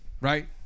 Right